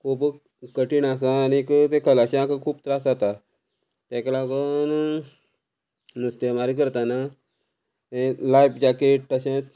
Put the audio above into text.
खूब कठीण आसा आनीक ते कलाश्यांक खूब त्रास जाता तेका लागोन नुस्तेमारी करतना हें लायफ जॅकेट तशेंत